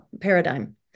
paradigm